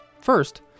First